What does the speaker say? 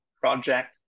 project